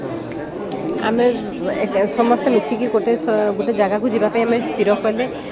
ଆମେ ସମସ୍ତେ ମିଶିକି ଗୋଟେ ଗୋଟେ ଜାଗାକୁ ଯିବା ପାଇଁଁ ଆମେ ସ୍ଥିର କଲେେ